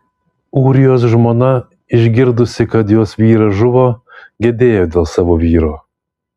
ūrijos žmona išgirdusi kad jos vyras žuvo gedėjo dėl savo vyro